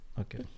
Okay